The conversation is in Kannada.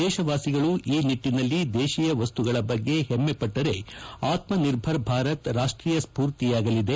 ದೇಶವಾಸಿಗಳು ಈ ನಿಟ್ಟನಲ್ಲಿ ದೇಶಿಯ ವಸ್ತುಗಳ ಮೇಲೆ ಹೆಮ್ಮೆಪಟ್ಟರೆ ಆತ್ಸನಿರ್ಭರ್ ಭಾರತ್ ರಾಷ್ಷೀಯ ಸ್ವೂರ್ತಿಯಾಗಲಿದೆ